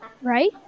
Right